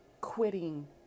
quitting